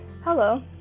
Hello